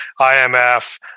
IMF